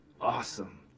Awesome